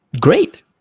great